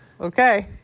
okay